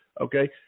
okay